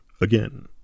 again